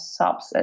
subset